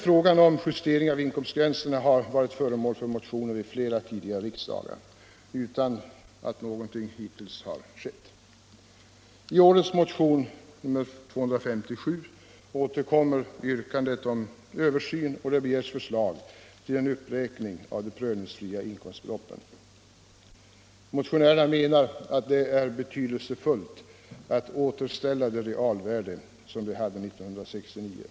Frågan om justering av inkomstgränserna har varit föremål för motioner i flera tidigare riksdagar utan att någonting hittills har skett. I årets motion, nr 257, återkommer yrkandet om översyn och där begärs förslag på en uppräkning av de prövningsfria inkomstbeloppen. Motionärerna menar att det är betydelsefullt att återställa det realvärde som vi hade 1969.